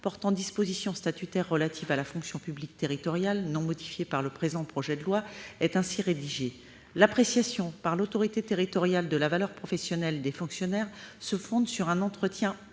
portant dispositions statutaires relatives à la fonction publique territoriale, non modifié, quant à lui, par le présent projet de loi, est ainsi rédigé :« L'appréciation, par l'autorité territoriale, de la valeur professionnelle des fonctionnaires se fonde sur un entretien